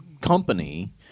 company